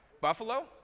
buffalo